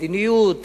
מדיניות,